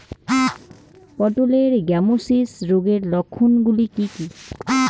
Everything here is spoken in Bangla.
পটলের গ্যামোসিস রোগের লক্ষণগুলি কী কী?